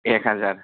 एक हाजार